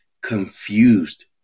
confused